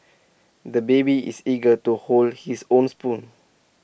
the baby is eager to hold his own spoon